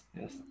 Yes